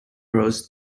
rows